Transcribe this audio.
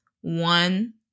one